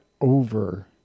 over